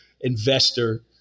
investor